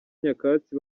nyakatsi